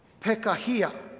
Pekahia